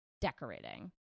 decorating